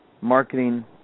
marketing